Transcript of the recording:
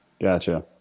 Gotcha